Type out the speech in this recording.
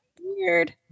Weird